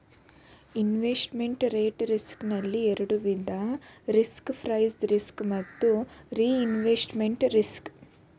investment rate risk ನಲ್ಲಿ ಎರಡು ವಿಧ ರಿಸ್ಕ್ ಪ್ರೈಸ್ ರಿಸ್ಕ್ ಮತ್ತು ರಿಇನ್ವೆಸ್ಟ್ಮೆಂಟ್ ರಿಸ್ಕ್